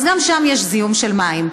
אז גם שם יש זיהום של מים,